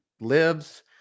lives